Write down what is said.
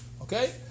Okay